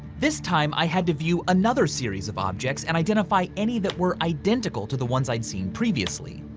this time, i had to view another series of objects and identify any that were identical to the ones i'd seen previously.